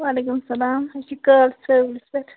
وعلیکُم سلام أسۍ چھِ کال سٔروِس پٮ۪ٹھ